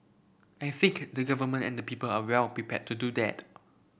I think the Government and the people are well prepared to do that